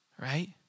right